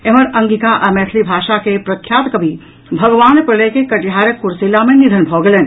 एम्हर अंगिका आ मैथिली भाषा के प्रख्यात कवि भगवान प्रलय के कटिहारक कुरसेला मे निधन भऽ गेलनि